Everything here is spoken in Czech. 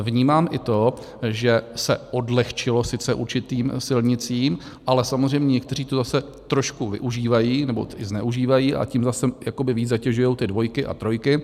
Vnímám i to, že se odlehčilo sice určitým silnicím, ale samozřejmě někteří to zase trošku využívají nebo i zneužívají, a tím zase jakoby víc zatěžují ty dvojky a trojky.